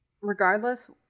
Regardless